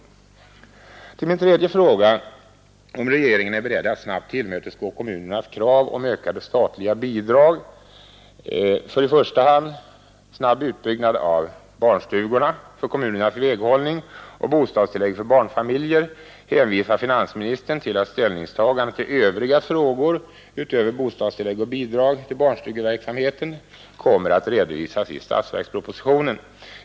När det gäller min tredje fråga, om regeringen är beredd att snabbt tillmötesgå kommunernas krav på ökade statliga bidrag till kommunerna för i första hand snabb utbyggnad av barnstugorna, för kommunernas väghållning och bostadstillägg till barnfamiljer, hänvisar finansministern till att ställningstagande till övriga frågor utöver bostadstilläggen och bidrag till barnstugeverksamheten kommer att redovisas i statsverkspropositionen.